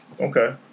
Okay